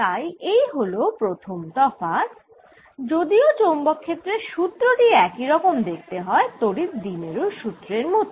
তাই এই হল প্রথম তফাৎ যদিও চৌম্বক ক্ষেত্রের সুত্র টি একই রকম দেখতে হয় তড়িৎ দ্বিমেরুর সুত্রের মত